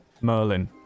Merlin